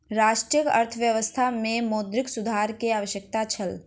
राष्ट्रक अर्थव्यवस्था में मौद्रिक सुधार के आवश्यकता छल